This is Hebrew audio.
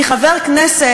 כי חבר כנסת,